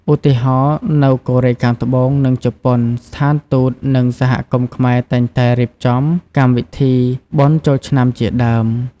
ឧទាហរណ៍ នៅកូរ៉េខាងត្បូង និងជប៉ុន ស្ថានទូត និងសហគមន៍ខ្មែរតែងតែរៀបចំកម្មវិធីបុណ្យចូលឆ្នាំ ជាដើម ។